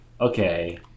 okay